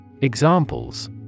Examples